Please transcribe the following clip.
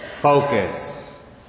focus